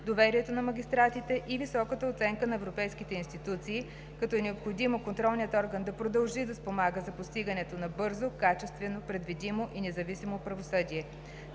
доверието на магистратите и високата оценка на европейските институции, като е необходимо контролният орган да продължи да спомага за постигането на бързо, качествено, предвидимо и независимо правосъдие.